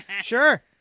Sure